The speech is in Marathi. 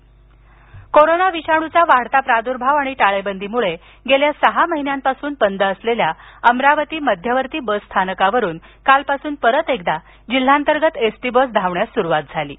एसटी कोरोना विषाणू चा वाढता प्रादुर्भाव आणि टाळेबंदीमुळे गेल्या सहा महिन्यापासून बंद असलेल्या अमरावती मध्यवर्ती बस स्थानकावरून कालपासून परत एकदा जिल्ह्यांतर्गत एसटी बस धावण्यास सुरुवात झाली आहे